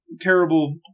terrible